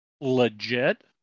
legit